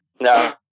No